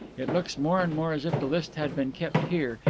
it looks more and more as if the list had been kept here,